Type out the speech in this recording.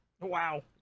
Wow